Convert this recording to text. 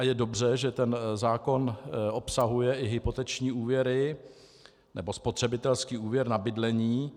Je dobře, že zákon obsahuje i hypoteční úvěry nebo spotřebitelský úvěr na bydlení.